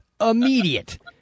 immediate